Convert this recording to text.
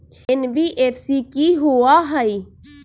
NBFC कि होअ हई?